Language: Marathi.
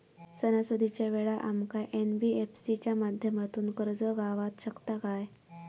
सणासुदीच्या वेळा आमका एन.बी.एफ.सी च्या माध्यमातून कर्ज गावात शकता काय?